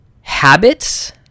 habits